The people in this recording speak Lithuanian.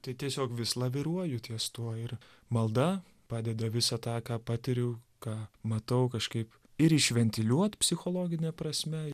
tai tiesiog vis laviruoju ties tuo ir malda padeda visą tą ką patiriu ką matau kažkaip ir išventiliuot psichologine prasme